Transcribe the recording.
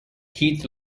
keith